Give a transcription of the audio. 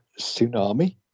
tsunami